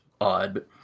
odd